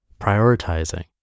prioritizing